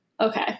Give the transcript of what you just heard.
Okay